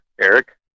Eric